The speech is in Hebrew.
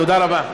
תודה רבה.